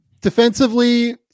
Defensively